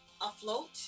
afloat